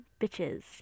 bitches